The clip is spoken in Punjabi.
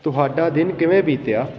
ਤੁਹਾਡਾ ਦਿਨ ਕਿਵੇਂ ਬੀਤਿਆ